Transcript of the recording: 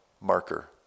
marker